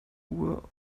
uhr